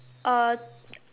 uh